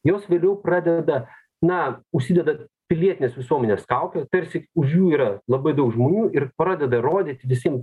jos vėliau pradeda na užsidedat pilietinės visuomenės kaukę tarsi už jų yra labai daug žmonių ir pradeda rodyt visiem